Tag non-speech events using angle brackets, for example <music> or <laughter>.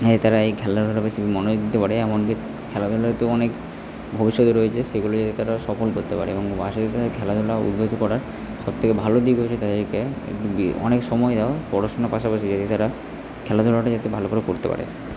হ্যাঁ তারা এই খেলাধুলোটা বেশি মনোযোগ দিতে পারে এমন কী খেলাধূলাতেও অনেক ভবিষ্যৎ রয়েছে সেগুলো যাতে তারা সফল করতে পারে এবং <unintelligible> তারা খেলাধূলায় উদ্বুদ্ধ করা সব থেকে ভালো দিক হচ্ছে তাদেরকে <unintelligible> অনেক সময়ও পড়াশোনার পাশাপাশি যদি তারা খেলাধূলাটা যাতে ভালো করে করতে পারে